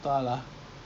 I don't know lah